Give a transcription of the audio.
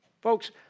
Folks